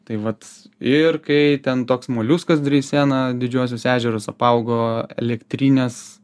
tai vat ir kai ten toks moliuskas dreisena didžiuosius ežerus apaugo elektrines